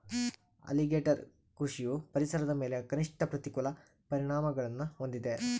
alligator ಕೃಷಿಯು ಪರಿಸರದ ಮೇಲೆ ಕನಿಷ್ಠ ಪ್ರತಿಕೂಲ ಪರಿಣಾಮಗುಳ್ನ ಹೊಂದಿದೆ